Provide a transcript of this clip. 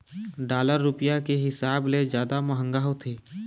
dollar रुपया के हिसाब ले जादा मंहगा होथे